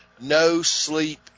no-sleep